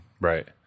right